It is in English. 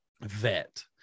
vet